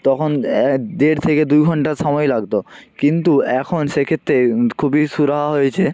তখন দেড় থেকে দু ঘন্টা সময় লাগতো কিন্তু এখন সেক্ষেত্রে খুবই সুরাহা হয়েছে